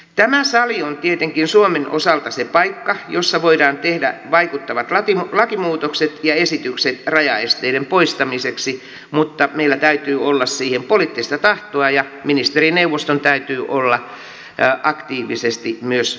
tämä sali on tietenkin suomen osalta se paikka jossa voidaan tehdä vaikuttavat lakimuutokset ja esitykset rajaesteiden poistamiseksi mutta meillä täytyy olla siihen poliittista tahtoa ja ministerineuvoston täytyy olla aktiivisesti myös asialla